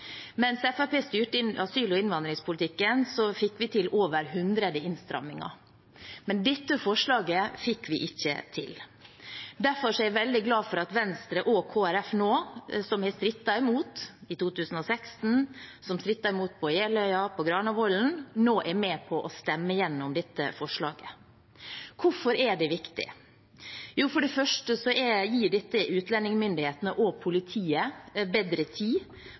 Mens Fremskrittspartiet styrte asyl- og innvandringspolitikken, fikk vi til over 100 innstramminger, men dette forslaget fikk vi ikke til. Derfor er jeg veldig glad for at Venstre og Kristelig Folkeparti – som strittet imot i 2016, som strittet imot på Jeløya og på Granavollen – nå er med på å stemme igjennom dette forslaget. Hvorfor er det viktig? Jo, for det første gir dette utlendingsmyndighetene og politiet bedre tid